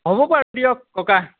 হ'ব বাৰু দিয়ক ককা